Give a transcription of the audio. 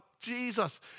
Jesus